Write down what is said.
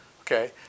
Okay